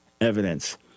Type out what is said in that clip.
evidence